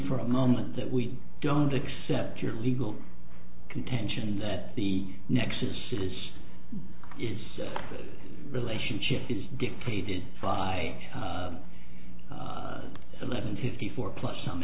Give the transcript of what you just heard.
for a moment that we don't accept your legal contention that the nexus is a relationship is dictated by eleven fifty four plus some